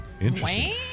Interesting